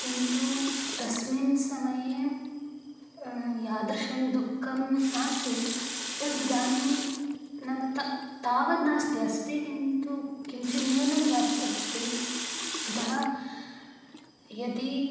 किन्तु तस्मिन् समये यादृशं दुःखम् आसीत् तद् इदानीं नाम तत् तावद् नास्ति अस्ति किन्तु किञ्चिद्न्यूनं जातमस्ति अतः यदि